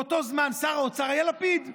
באותו זמן שר האוצר היה לפיד,